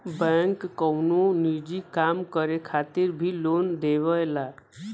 bank कउनो निजी काम करे खातिर भी लोन देवला